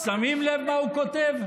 שמים לב מה הוא כותב?